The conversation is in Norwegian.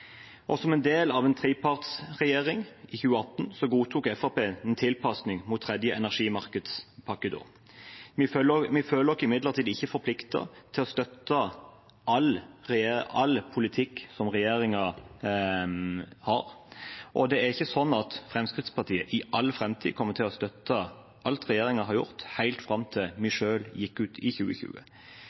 Som en del av en trepartiregjering i 2018 godtok Fremskrittspartiet en tilpasning til EUs tredje energimarkedspakke. Vi føler oss imidlertid ikke forpliktet til å støtte all politikk som regjeringen har, og det er ikke sånn at Fremskrittspartiet i all framtid kommer til å støtte alt regjeringen har gjort helt fram til vi selv gikk ut i 2020.